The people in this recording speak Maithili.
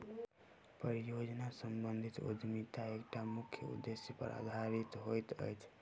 परियोजना सम्बंधित उद्यमिता एकटा मुख्य उदेश्य पर आधारित होइत अछि